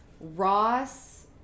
ross